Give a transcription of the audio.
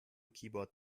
keyboard